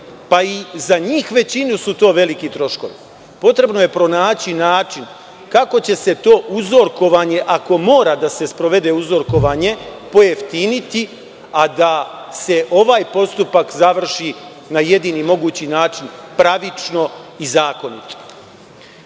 Pa, i za većinu njih su to veliki troškovi. Potrebno je pronaći način kako će se to uzorkovanje, ako mora da se sprovede uzorkovanje pojeftiniti, a da se ovaj postupak završi na jedini mogući način pravično i zakonito.I